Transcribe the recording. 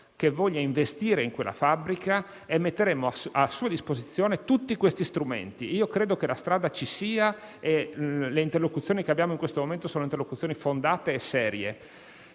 che voglia investire in quella fabbrica, e metteremo a sua disposizione tutti questi strumenti. Credo che la strada ci sia e le interlocuzioni che abbiamo in questo momento sono fondate e serie.